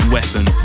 Weapon